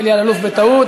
אלי אלאלוף בטעות,